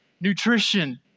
Nutrition